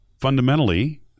fundamentally